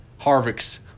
harvick's